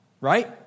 right